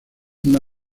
una